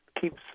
keeps